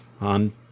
on